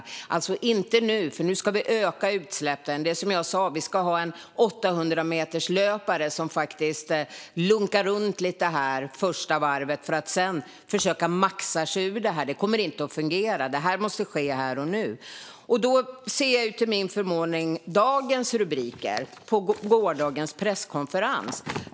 Men inte nu, alltså, för nu ska vi öka utsläppen. Som jag sa är det som att ha en 800-meterslöpare som bara ska lunka runt lite på första varvet för att sedan försöka maxa sig ur det hela. Det kommer inte att fungera. Det måste ske här och nu. Till min förvåning ser jag dagens rubriker apropå gårdagens presskonferens.